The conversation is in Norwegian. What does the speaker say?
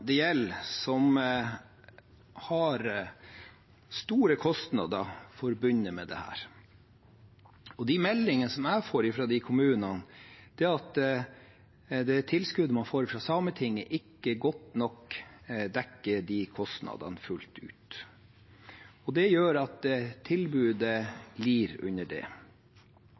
det gjelder, har store kostnader forbundet med dette. De meldingene jeg får fra dem, er at tilskuddet man får fra Sametinget, ikke dekker de kostnadene fullt ut. Det gjør at tilbudet lider.